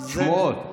--- שמועות --- שמועות.